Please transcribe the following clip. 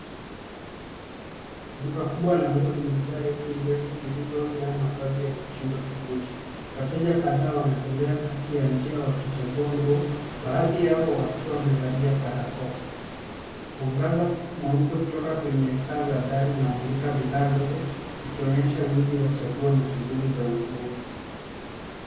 Duka kubwa la nguo limejaa reki ndefu zilizojaa mavazi ya mitindo tofauti. Wateja kadhaa wanatembea kati ya njia wakichagua nguo, baadhi yao wakiwa wamevalia barakoa. Mwangaza mweupe kutoka kwenye taa zaa dari zinamulika bidhaa zote ikionyesha wingi wa chaguo na shughuli za ununuzi.